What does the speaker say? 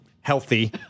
healthy